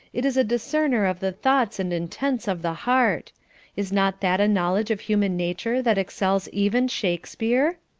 it is a discerner of the thoughts and intents of the heart is not that a knowledge of human nature that excels even shakespeare?